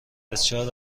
بسیار